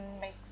make